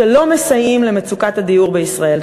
שלא מסייעים למצוקת הדיור בישראל.